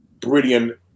brilliant